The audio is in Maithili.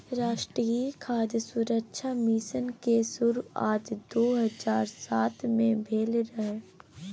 राष्ट्रीय खाद्य सुरक्षा मिशन के शुरुआत दू हजार सात मे भेल रहै